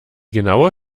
genaue